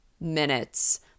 minutes